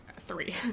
three